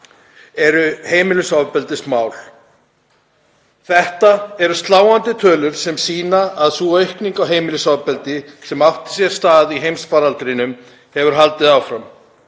eru heimilisofbeldismál. Þetta eru sláandi tölur sem sýna að sú aukning á heimilisofbeldi sem átti sér stað í heimsfaraldrinum hefur haldið áfram.